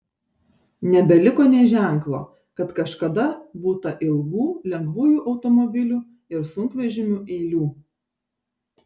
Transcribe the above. nebeliko nė ženklo kad kažkada būta ilgų lengvųjų automobilių ir sunkvežimių eilių